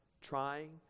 trying